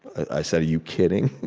i said, are you kidding?